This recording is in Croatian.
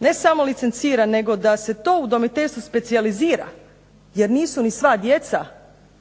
ne samo licencira nego da se to udomiteljstvo specijalizira jer nisu ni sva djeca